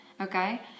okay